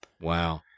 Wow